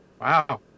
Wow